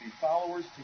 followers